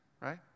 right